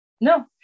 No